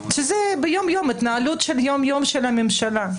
שזה התנהלות ביום-יום של הממשלה.